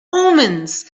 omens